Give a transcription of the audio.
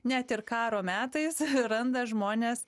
net ir karo metais randa žmonės